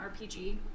RPG